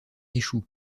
échoue